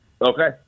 Okay